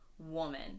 woman